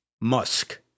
Musk